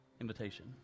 invitation